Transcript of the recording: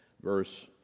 verse